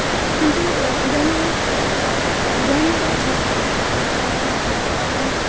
किन्तु इदानीम् इदानींतनछात्राः तादृशानाम् अध्यापकानां